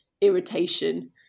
irritation